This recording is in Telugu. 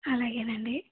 అలాగేనండి